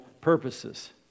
purposes